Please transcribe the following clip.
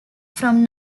from